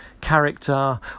character